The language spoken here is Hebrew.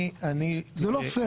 אני לא יודע